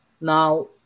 Now